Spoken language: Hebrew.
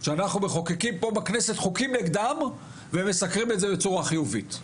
שאנחנו מחוקקים פה בכנסת חוקים נגדם והם מסקרים את זה בצורה חיובית.